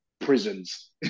prisons